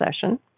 session